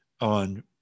on